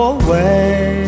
away